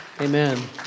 Amen